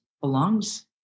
belongs